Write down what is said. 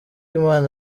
imana